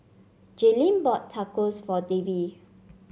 Jaylene bought Tacos for Davie